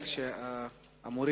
ההצעה